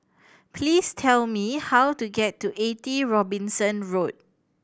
please tell me how to get to Eighty Robinson Road